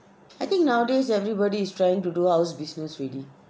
I think nowadays everybody is trying to do house business already